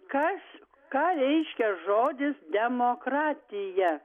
kas ką reiškia žodis demokratija